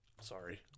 sorry